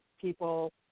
people